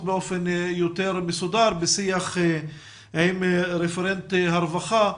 באופן יותר מסודר בשיח עם רפרנט הרווחה.